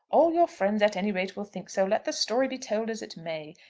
all your friends at any rate will think so, let the story be told as it may.